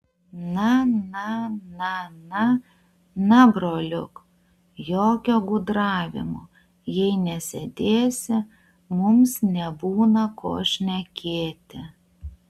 na na na na na broliuk jokio gudravimo jei nesėdėsi mums nebūna ko šnekėti